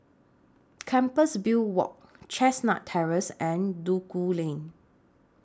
Compassvale Walk Chestnut Terrace and Duku Lane